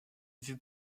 vue